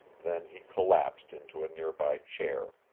then he collapsed into a nearby chair.